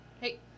Hey